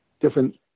different